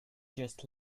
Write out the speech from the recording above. just